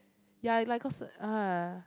ya I like cause ah